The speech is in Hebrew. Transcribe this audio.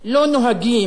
ראש הממשלה,